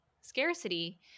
scarcity